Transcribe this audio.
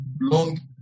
long